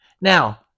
Now